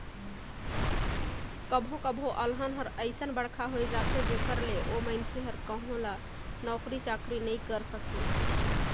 कभो कभो अलहन हर अइसन बड़खा होए जाथे जेखर ले ओ मइनसे हर कहो ल नउकरी चाकरी नइ करे सके